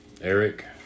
Eric